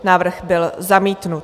Návrh byl zamítnut.